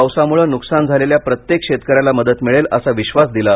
पावसामुळे नुकसान झालेल्या प्रत्येक शेतकऱ्याला मदत मिळेल असा विश्वास दिला